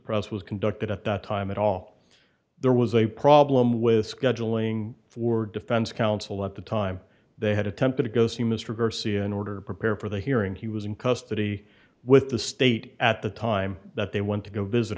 suppress was conducted at that time at all there was a problem with scheduling for defense counsel at the time they had attempted to go see mr garcia in order to prepare for the hearing he was in custody with the state at the time that they went to go visit